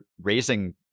raising